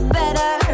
better